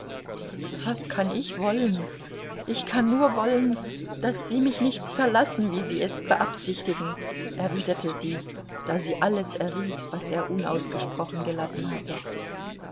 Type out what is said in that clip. was kann ich wollen ich kann nur wollen daß sie mich nicht verlassen wie sie es beabsichtigen erwiderte sie da sie alles erriet was er unausgesprochen gelassen hatte